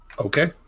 Okay